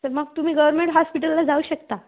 तर मग तुम्ही गवर्मेन्ट हॉस्पिटलला जाऊ शकता